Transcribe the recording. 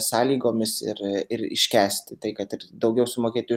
sąlygomis ir ir iškęsti tai kad ir daugiau sumokėti